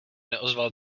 neozval